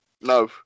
no